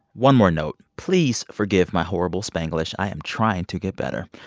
one more note please forgive my horrible spanglish. i am trying to get better.